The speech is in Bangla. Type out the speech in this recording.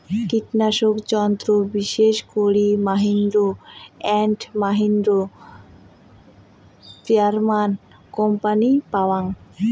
কীটনাশক যন্ত্র বিশেষ করি মাহিন্দ্রা অ্যান্ড মাহিন্দ্রা, স্প্রেয়ারম্যান কোম্পানির পাওয়াং